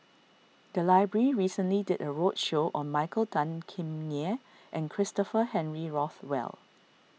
the library recently did a roadshow on Michael Tan Kim Nei and Christopher Henry Rothwell